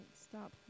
Stop